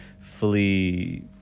fully